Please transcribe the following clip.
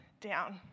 down